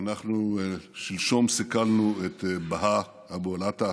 שלשום סיכלנו את בהאא אבו אל-עטא,